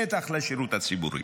בטח לשירות הציבורי,